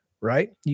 Right